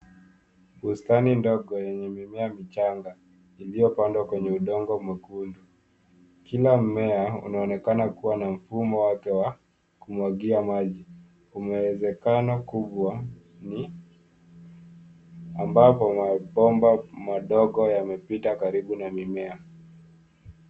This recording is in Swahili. Bustani ndogo yenye mimea michanga iliyopandwa kwenye udongo mwekundu. Kila mmea unaonekana kuwa na mfumo wake wa kumwagia maji kuna uwezekano kubwa ni ambapo mabomba madogo yamepita karibu na mimea.